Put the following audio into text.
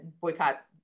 boycott